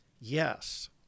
Yes